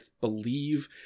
believe